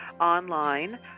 online